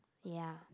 ya